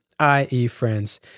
IEFRIENDS